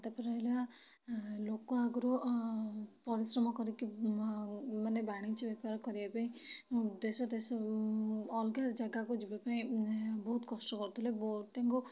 ତା'ପରେ ରହିଲା ଲୋକ ଆଗରୁ ପରିଶ୍ରମ କରିକି ମାନେ ବାଣିଜ୍ୟ ବେପାର କରିବା ପାଇଁ ଦେଶ ଦେଶ ଅଲଗା ଜାଗାକୁ ଯିବା ପାଇଁ ବହୁତ କଷ୍ଟ କରୁଥିଲେ ବହୁତ ତାଙ୍କୁ